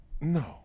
No